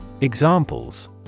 Examples